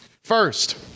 First